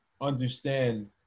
understand